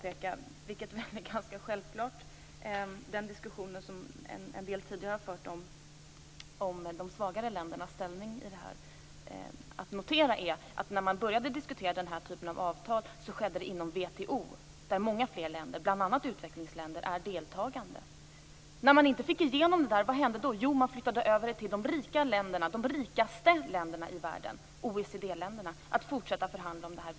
En del har här tidigare fört en diskussion om de svagare ländernas ställning i det här sammanhanget. Det är värt att notera att när man började diskutera den här typen av avtal skedde det inom WTO, där många fler länder, bl.a. utvecklingsländer, deltar. När man inte fick igenom avtalet där, vad hände då? Jo, man flyttade över de fortsatta förhandlingarna om det här viktiga avtalet till de rikaste länderna i världen, dvs. OECD-länderna.